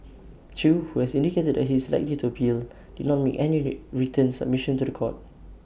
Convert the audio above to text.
chew who has indicated that he is likely to appeal did not make any written submission to The Court